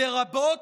לרבות,